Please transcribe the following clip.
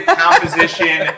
composition